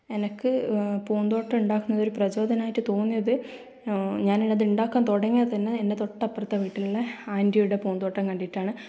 എനിക്ക് പൂന്തോട്ടമുണ്ടാക്കുന്നത് ഒരു പ്രചോദനമായിട്ട് തോന്നിയത് ഞാനതുണ്ടാക്കാൻ തുടങ്ങിയത് തന്നെ എൻ്റെ തൊട്ടപ്പുറത്തെ വീട്ടിലുള്ള ആൻറ്റിയുടെ പൂന്തോട്ടം കണ്ടിട്ടാണ്